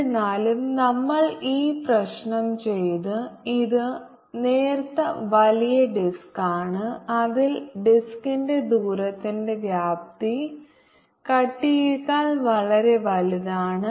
എന്നിരുന്നാലും നമ്മൾ ഈ പ്രശ്നം ചെയ്തത് ഇത് നേർത്ത വലിയ ഡിസ്കാണ് അതിൽ ഡിസ്കിന്റെ ദൂരത്തിന്റെ വ്യാപ്തി കട്ടിയേക്കാൾ വളരെ വലുതാണ്